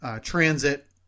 transit